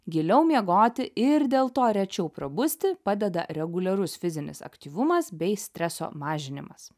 giliau miegoti ir dėl to rečiau prabusti padeda reguliarus fizinis aktyvumas bei streso mažinimas